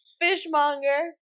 Fishmonger